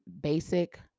Basic